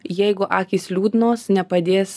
jeigu akys liūdnos nepadės